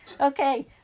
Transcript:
Okay